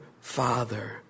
father